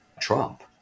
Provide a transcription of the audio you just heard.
trump